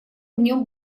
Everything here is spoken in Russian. нем